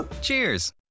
Cheers